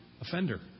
offender